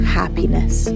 happiness